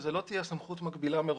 שזו לא תהיה סמכות מקבילה מראש.